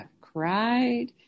cried